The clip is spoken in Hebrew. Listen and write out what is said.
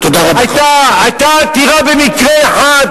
היתה עתירה במקרה אחד,